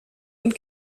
und